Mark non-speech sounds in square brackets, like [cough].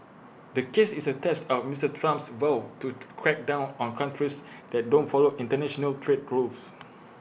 the case is A test of Mister Trump's vow to [unintelligible] crack down on countries that don't follow International trade rules